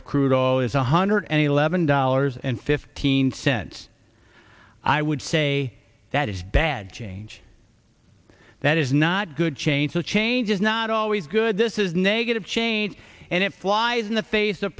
of crude all is one hundred and eleven dollars and fifteen cents i would say that is bad change that is not good change the change is not always good this is negative jane and it flies in the face of